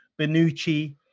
Benucci